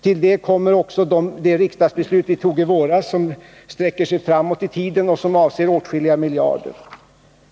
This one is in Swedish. Till det kommer också det riksdagsbeslut vi fattade i våras som sträcker sig framåt i tiden och som avser åtskilliga miljarder.